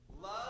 Love